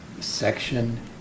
section